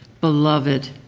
Beloved